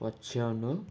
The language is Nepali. पछ्याउनु